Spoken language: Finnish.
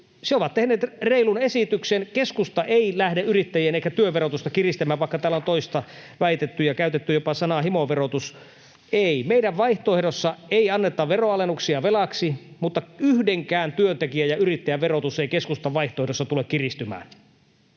He ovat tehneet reilun esityksen. Keskusta ei lähde yrittäjien eikä työn verotusta kiristämään, vaikka täällä on toista väitetty ja käytetty jopa sanaa himoverotus. Ei — meidän vaihtoehdossa ei anneta veronalennuksia velaksi, mutta yhdenkään työntekijän ja yrittäjän verotus ei keskustan vaihtoehdossa tule kiristymään.